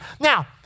Now